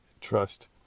trust